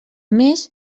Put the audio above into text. més